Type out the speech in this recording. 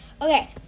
Okay